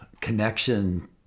connection